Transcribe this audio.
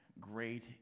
great